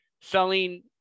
selling